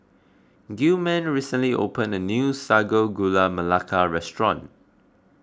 Gilman recently opened a new Sago Gula Melaka restaurant